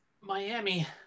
Miami